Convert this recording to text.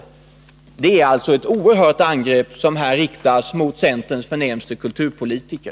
Det är alltså ett oerhört angrepp som här riktas mot centerns förnämste kulturpolitiker.